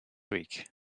week